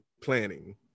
planning